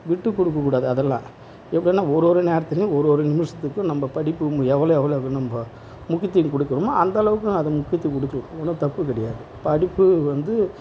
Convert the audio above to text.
விட்டுக் கொடுக்கக்கூடாது அதெல்லாம் எப்போன்னா ஒரு ஒரு நேரத்துலேயும் ஒரு ஒரு நிமிஷத்துக்கு நம்ம படிப்பு எவ்வளோ எவ்வளோ நம்ம முக்கியத்துவம் கொடுக்குறோமோ அந்த அளவுக்கு அது முக்கியத்துவம் கொடுக்கணும் ஒன்றும் தப்பு கிடையாது படிப்பு வந்து